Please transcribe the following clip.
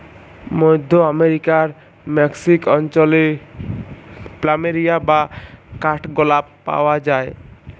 মধ্য আমরিকার মেক্সিক অঞ্চলে প্ল্যামেরিয়া বা কাঠগলাপ পাওয়া যায়